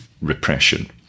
repression